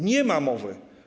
Nie ma mowy.